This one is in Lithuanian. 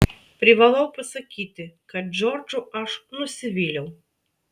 privalau pasakyti kad džordžu aš nusivyliau